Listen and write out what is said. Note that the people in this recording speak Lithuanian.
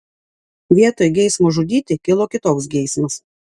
vietoj geismo žudyti kilo kitoks geismas